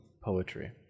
poetry